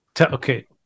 Okay